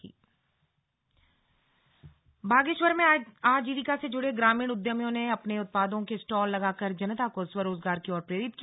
आजीविका के उद्यमी बागेश्वर में आजीविका से जुड़े ग्रामीण उद्यमियों ने अपने उत्पादों के स्टॉल लगाकर जनता को स्वरोजगार की ओर प्रेरित किया